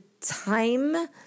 time